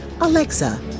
Alexa